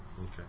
Okay